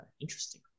Interesting